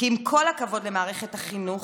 כי עם כל הכבוד למערכת החינוך,